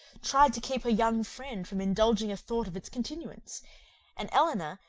tried to keep her young friend from indulging a thought of its continuance and elinor,